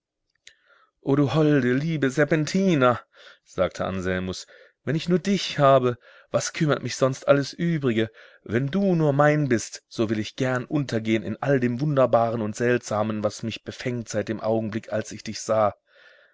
o du holde liebe serpentina sagte anselmus wenn ich nur dich habe was kümmert mich sonst alles übrige wenn du nur mein bist so will ich gern untergehen in all dem wunderbaren und seltsamen was mich befängt seit dem augenblick als ich dich sah